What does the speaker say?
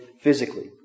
physically